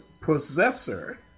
possessor